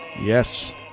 Yes